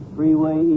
Freeway